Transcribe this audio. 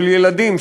של ילדים,